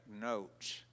notes